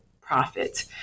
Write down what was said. profit